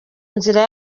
nzira